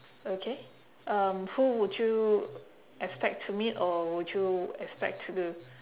okay um who would you expect to meet or would you expect to